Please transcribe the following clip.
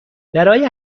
برای